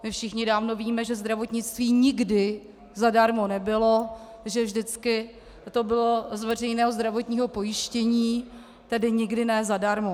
My všichni dávno víme, že zdravotnictví nikdy zadarmo nebylo, že vždycky to bylo z veřejného zdravotního pojištění, tedy nikdy ne zadarmo.